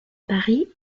paris